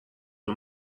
های